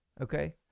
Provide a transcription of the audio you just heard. Okay